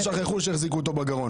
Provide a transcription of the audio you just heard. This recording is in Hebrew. את זה שכחו, שהחזיקו אותו בגרון.